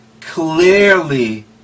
Clearly